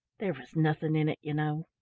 there was nothing in it, you know.